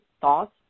thoughts